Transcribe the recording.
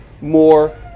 more